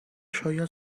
شاید